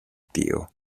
tío